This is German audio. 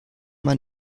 man